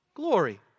glory